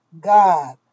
god